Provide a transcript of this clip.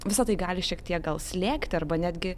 visa tai gali šiek tiek gal slėgti arba netgi